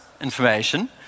information